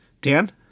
Dan